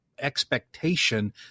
expectation